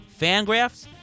Fangraphs